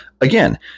again